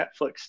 Netflix